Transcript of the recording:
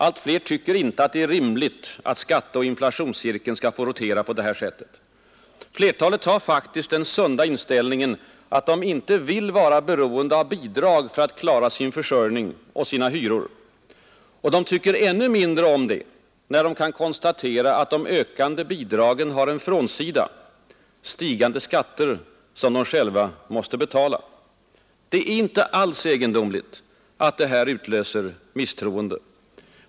Allt flera tycker inte att det är rimligt att skatteoch inflationscirkeln skall få rotera på det här sättet. Flertalet har faktiskt den sunda inställningen att de inte vill vara beroende av bidrag för att klara sin försörjning och sina hyror. Och de tycker ännu mindre om det, när de kan konstatera att de ökande bidragen har en frånsida — stigande skatter som de själva måste betala. Det är inte alls egendomligt att detta utlöser misstroende.